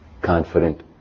confident